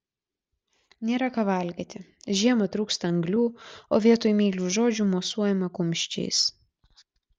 nėra ką valgyti žiemą trūksta anglių o vietoj meilių žodžių mosuojama kumščiais